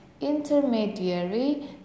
intermediary